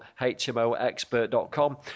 HMOexpert.com